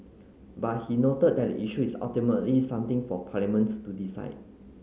but he noted that the issue is ultimately something for Parliament to decide